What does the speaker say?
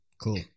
cool